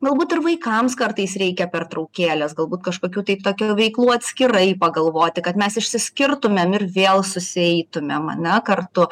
galbūt ir vaikams kartais reikia pertraukėlės galbūt kažkokių tai tokių veiklų atskirai pagalvoti kad mes išsiskirtumėm ir vėl susieitumėm ane kartu